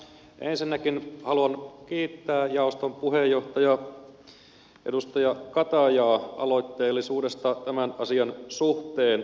ensinnäkin haluan kiittää jaoston puheenjohtajaa edustaja katajaa aloitteellisuudesta tämän asian suhteen